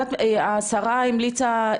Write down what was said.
השרה המליצה,